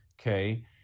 okay